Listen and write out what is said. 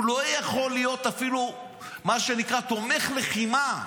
הוא לא יכול להיות אפילו מה שנקרא תומך לחימה.